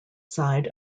side